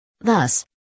Thus